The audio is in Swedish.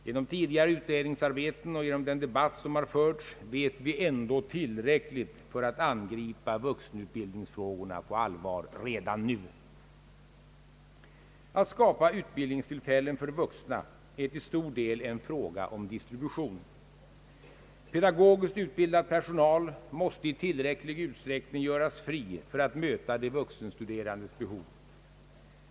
Genom tidigare utredningsarbete och genom den debatt som har förts vet vi ändå tillräckligt för att angripa vuxenutbildningsfrågorna på allvar. Ati skapa utbildningstillfällen för vuxna är till stor del en fråga om distribution. Pedagogiskt utbildad personal måste i tillräcklig utsträckning göras fri för att möta de vuxenstuderandes behov.